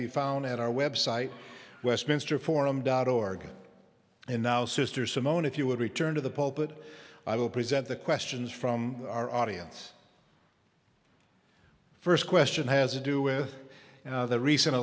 be found at our website westminster forum dot org and now sister simone if you would return to the puppet i will present the questions from our audience first question has to do with the recent